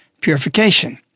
Purification